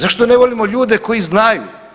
Zašto ne volimo ljude koji znaju?